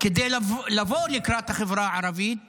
כדי לבוא לקראת החברה הערבית